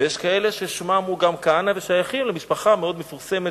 ויש כאלה ששמם הוא כהנא ושייכים למשפחה מאוד מפורסמת